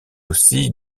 aussi